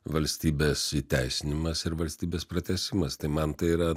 valstybės įteisinimas ir valstybės pratęsimas tai man tai yra